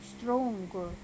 stronger